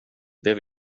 det